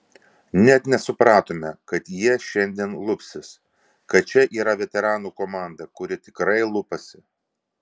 net nesupratome kad jie šiandien lupsis kad čia yra veteranų komanda kuri tikrai lupasi